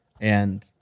And-